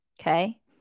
Okay